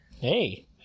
Hey